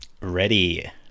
ready